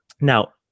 Now